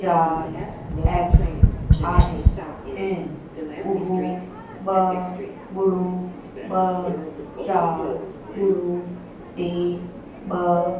चारि एफ़ आहे ऐं उहो ॿ ॿुड़ी ॿ चारि ॿुड़ी टे ॿ